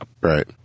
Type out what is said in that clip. Right